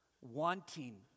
wanting